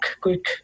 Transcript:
quick